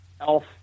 Elf